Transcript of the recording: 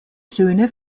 schöne